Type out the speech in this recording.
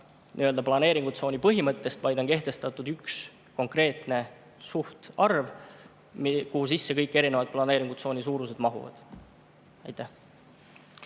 planeeringutsooni põhimõttest, vaid kus on kehtestatud üks konkreetne suhtarv, kuhu kõik erinevad planeeringutsooni suurused mahuvad. Aitäh